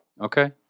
okay